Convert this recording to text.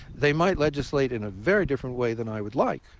they might legislate in a very different way than i would like,